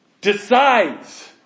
decides